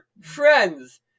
Friends